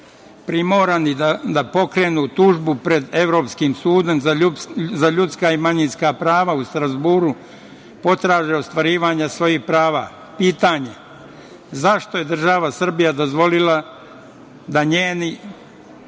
primorani da pokrenu tužbu pred Evropskim sudom za ljudska i manjinska prava u Strazburu, potraže ostvarivanja svojih prava. Pitanje je, zašto je država Srbija dozvolila da njeni,